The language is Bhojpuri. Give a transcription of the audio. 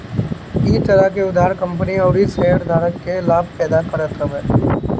इ तरह के उधार कंपनी अउरी शेयरधारक के लाभ पैदा करत हवे